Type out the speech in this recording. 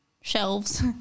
shelves